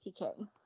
TK